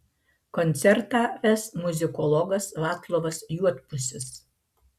koncertą ves muzikologas vaclovas juodpusis